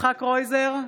יצחק קרויזר,